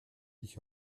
ich